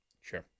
Sure